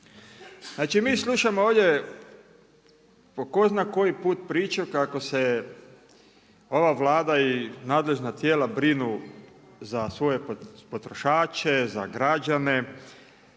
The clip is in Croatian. Znači mi slušamo ovdje po ko zna koji put priču kako se ova Vlada i nadležna tijela brinu za svoje potrošače, za građane,